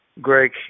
Greg